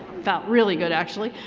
felt really good actually.